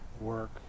work